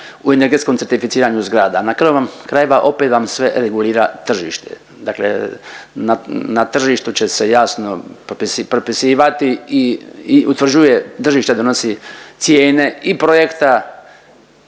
u energetskom certificiranju zgrada. Na kraju vam krajeva opet vam sve regulira tržište. Dakle, na tržištu će se jasno propisivati i utvrđuje, tržište donosi cijene i projekta